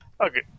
Okay